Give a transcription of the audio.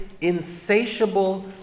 insatiable